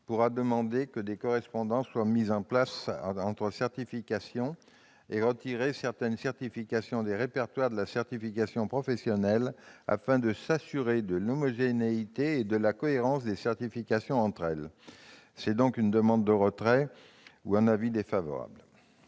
pourra demander que des correspondances soient mises en place entre les certifications et en retirer certaines des répertoires de la certification professionnelle, afin de s'assurer de l'homogénéité et de la cohérence des certifications entre elles. Je demande donc le retrait ; à défaut, l'avis sera défavorable.